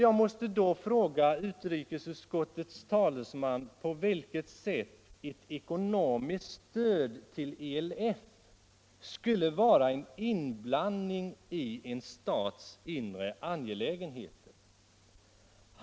Jag måste fråga utrikesutskottets talesman på vilket sätt ett ekonomiskt stöd till ELF skulle vara en inblandning i en stats inre angelägenheter?